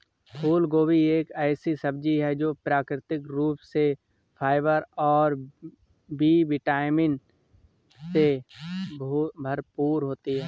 फूलगोभी एक ऐसी सब्जी है जो प्राकृतिक रूप से फाइबर और बी विटामिन से भरपूर होती है